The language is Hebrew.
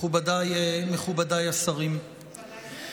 מכובדיי השרים,